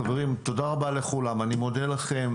חברים, תודה רבה לכולם, אני מודה לכם.